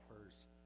offers